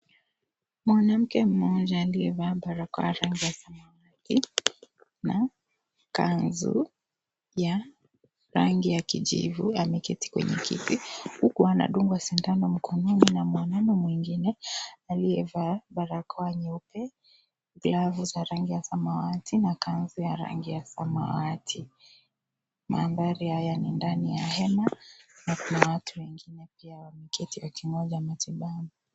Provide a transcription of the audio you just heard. Mwanamke mmoja aliyevaa barakao ya rangi ya samawati na kanzu ya rangi ya kijivu. Ameketi kwenye kiti huku anadungwa sindano mkono na mwanaume mwingine, aliyevaa barakoa nyeupe, glavu za rangi ya samawati na kanzu ya rangi ya samawati. Mandhari haya ni ndani ya hema na kuna watu wengine pia wameketi wakingonja matibabu.